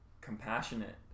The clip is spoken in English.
compassionate